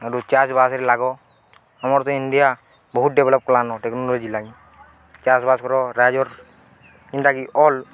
କିନ୍ତୁ ଚାଷ୍ବାସ୍ରେ ଲାଗ ଆମର ତ ଇଣ୍ଡିଆ ବହୁତ ଡ଼େଭଲପପ୍ କଲାନ ଟେକ୍ନୋଲୋଜି ଲାଗି ଚାଷ୍ବାସ୍ କର ରାଜ୍ୟର୍ ଇନ୍ଟାକି ଅଲ୍